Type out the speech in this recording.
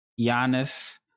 Giannis